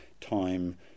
time